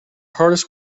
hardest